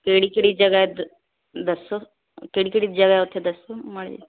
ਕਿਹੜੀ ਕਿਹੜੀ ਜਗ੍ਹਾ ਹੈ ਦੱ ਦੱਸੋ ਕਿਹੜੀ ਕਿਹੜੀ ਜਗ੍ਹਾ ਹੈ ਉੱਥੇ ਦੱਸੋ ਮਾੜੀ ਜੀ